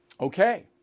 Okay